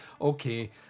Okay